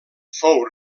fou